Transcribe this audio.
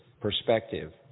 perspective